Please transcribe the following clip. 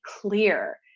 clear